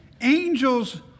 angels